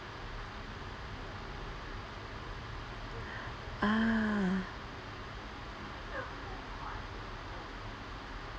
ah